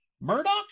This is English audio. Murdoch